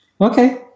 Okay